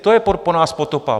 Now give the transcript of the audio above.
To je po nás potopa!